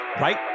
right